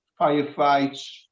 firefights